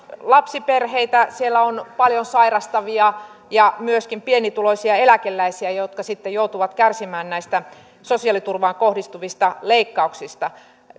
lapsiperheitä siellä on paljon sairastavia ja myöskin pienituloisia eläkeläisiä jotka sitten joutuvat kärsimään näistä sosiaaliturvaan kohdistuvista leikkauksista